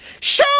Show